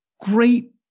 great